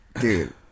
dude